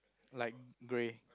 like grey